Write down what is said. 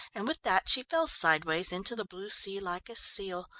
and with that she fell sideways into the blue sea like a seal,